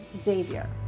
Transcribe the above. Xavier